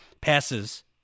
passes